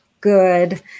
good